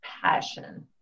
passion